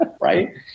right